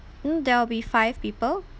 mm there will be five people